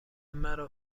مرا